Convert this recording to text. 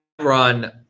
run